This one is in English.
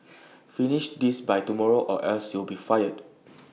finish this by tomorrow or else you'll be fired